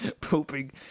pooping